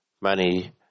money